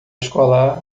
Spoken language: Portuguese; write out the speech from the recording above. escolar